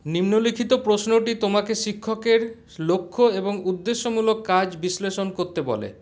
নিম্নলিখিত প্রশ্নটি তোমাকে শিক্ষকের লক্ষ্য এবং উদ্দেশ্যমূলক কাজ বিশ্লেষণ করতে বলে